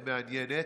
מעניינת,